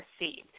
received